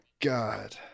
god